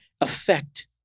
affect